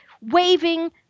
Waving